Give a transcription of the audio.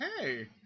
hey